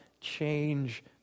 change